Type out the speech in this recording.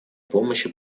помощи